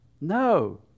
No